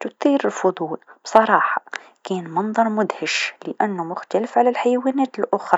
تثير الفضول بصراحه كان منظر مدهش لأنو مختلف عن الحيوانات الأخرى.